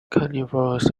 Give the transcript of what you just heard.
carnivores